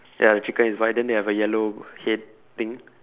ya the chicken is white then they have a yellow head thing